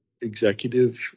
executive